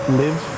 live